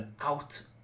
out